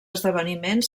esdeveniment